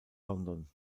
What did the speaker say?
london